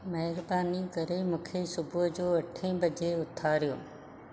महिरबानी करे मूंखे सुबुह जो अठे बजे उथारियो